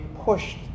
pushed